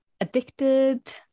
Addicted